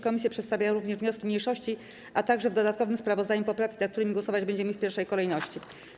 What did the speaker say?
Komisje przedstawiają również wnioski mniejszości, a także w dodatkowym sprawozdaniu poprawki, nad którymi głosować będziemy w pierwszej kolejności.